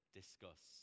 discuss